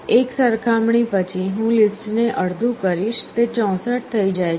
એક સરખામણી પછી હું લિસ્ટને અડધું કરીશ તે 64 થઈ જાય છે